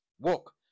Walk